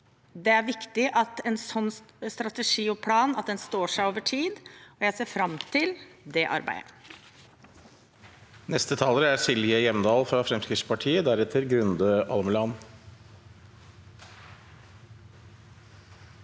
Det er viktig at en sånn strategi og plan står seg over tid, og jeg ser fram til det arbeidet.